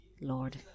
Lord